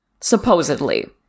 supposedly